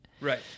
Right